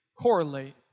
correlate